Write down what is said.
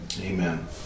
Amen